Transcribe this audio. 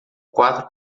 quatro